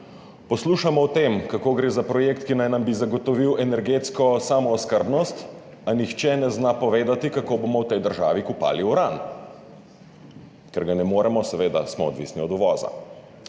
Poslušamo o tem, kako gre za projekt, ki naj nam bi zagotovil energetsko samooskrbnost, a nihče ne zna povedati, kako bomo v tej državi kopali uran. Ker ga ne moremo, smo seveda odvisni od uvoza.